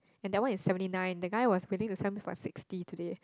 and that one is seventy nine that guy was willing to sell me for sixty today